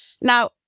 Now